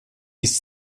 ist